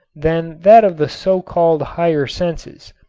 than that of the so-called higher senses.